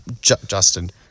Justin